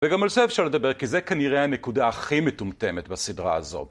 וגם על זה אפשר לדבר כי זה כנראה הנקודה הכי מטומטמת בסדרה הזאת.